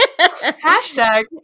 Hashtag